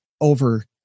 over